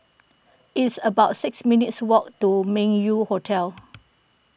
it's about six minutes' walk to Meng Yew Hotel